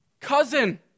cousin